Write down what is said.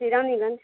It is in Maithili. जी रानीगंज